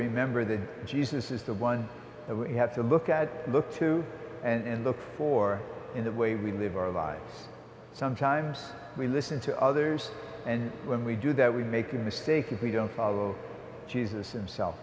remember that jesus is the one that we have to look at look to and look for in the way we live our lives sometimes we listen to others and when we do that we make a mistake if we don't follow jesus himself